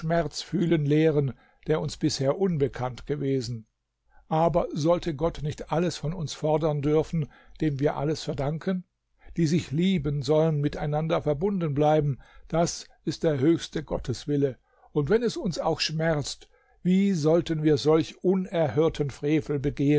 schmerz fühlen lehren der uns bisher unbekannt gewesen aber sollte gott nicht alles von uns fordern dürfen dem wir alles verdanken die sich lieben sollen mit einander verbunden bleiben das ist der höchste gotteswille und wenn es uns auch schmerzt wie wollten wir solch unerhörten frevel begehen